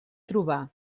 trobar